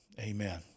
Amen